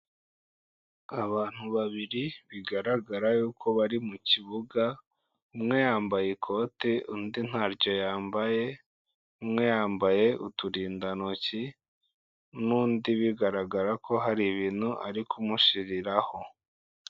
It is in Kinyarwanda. Abantu babiri bigaragara yuko bari mu kibuga, umwe yambaye ikote, undi ntaryo yambaye, umwe yambaye uturindantoki n'undi bigaragara ko hari ibintu ari kumushyiriraho.